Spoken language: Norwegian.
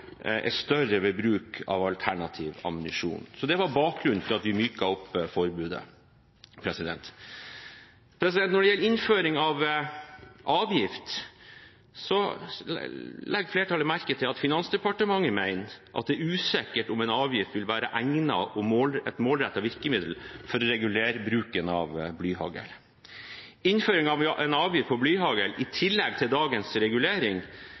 er større ved bruk av alternativ ammunisjon. Det var bakgrunnen for at vi myket opp forbudet. Når det gjelder innføring av avgift, legger flertallet merke til at Finansdepartementet mener at det er usikkert om en avgift vil være et egnet og målrettet virkemiddel for å regulere bruken av blyhagl. Innføring av en avgift på blyhagl i tillegg til dagens regulering